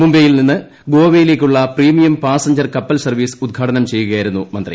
മുംബൈയിൽ നിന്ന് ഗോവയിലേക്കുള്ള പ്രീമിയം പാസഞ്ചർ കപ്പൽ സർവീസ് ഉദ്ഘാടനം ചെയ്യുകയായിരുന്നു മന്ത്രി